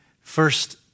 first